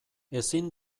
ezin